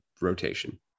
rotation